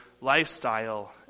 lifestyle